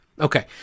Okay